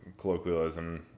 colloquialism